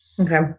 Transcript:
Okay